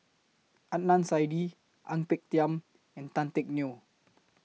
Adnan Saidi Ang Peng Tiam and Tan Teck Neo